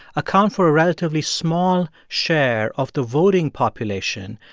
account for a relatively small share of the voting population.